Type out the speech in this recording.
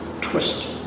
twist